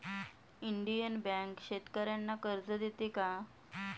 Indian bank शेतकर्यांना कर्ज देते का?